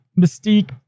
Mystique